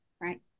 right